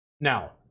Now